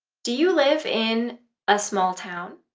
do you live in a small town,